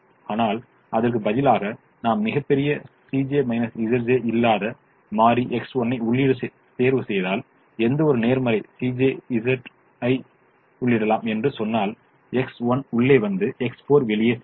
ஆனால் அதற்கு பதிலாக நாம் மிகப்பெரிய இல்லாத மாறி X1 ஐ உள்ளிட தேர்வுசெய்தால் எந்தவொரு நேர்மறை ஐ உள்ளிடலாம் என்று சொன்னால் X1 உள்ளே வந்து X4 வெளிய செல்லும்